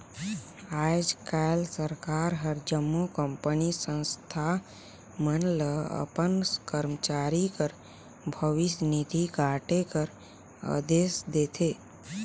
आएज काएल सरकार हर जम्मो कंपनी, संस्था मन ल अपन करमचारी कर भविस निधि काटे कर अदेस देथे